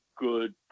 good